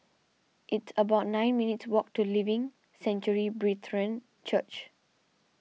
It's about nine minutes' walk to Living Sanctuary Brethren Church